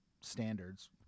standards